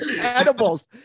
Edibles